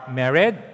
married